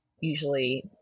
usually